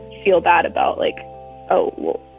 feel bad about, like oh, well,